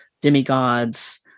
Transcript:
demigods